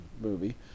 movie